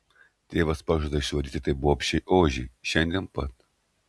tėvas pažada išvaryti tai bobšei ožį šiandien pat